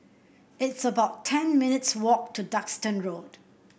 it's about ten minutes' walk to Duxton Road